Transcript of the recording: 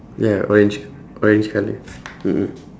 ya orange orange colour mmhmm